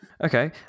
Okay